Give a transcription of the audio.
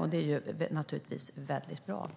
och det är naturligtvis väldigt bra.